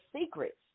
secrets